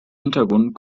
hintergrund